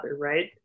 right